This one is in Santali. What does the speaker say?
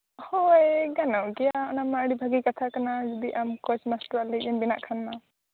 ᱦᱳᱭ ᱜᱟᱱᱚᱜ ᱜᱮᱭᱟ ᱚᱱᱟ ᱢᱟ ᱟᱹᱰᱤ ᱵᱷᱟᱹᱜᱤ ᱠᱟᱛᱷᱟ ᱠᱟᱱᱟ ᱡᱩᱫᱤ ᱟᱢ ᱠᱳᱪ ᱢᱟᱥᱴᱟᱨᱚᱜ ᱞᱟᱹᱜᱤᱫ ᱮᱢ ᱵᱮᱱᱟᱜ ᱠᱷᱟᱱ ᱫᱚ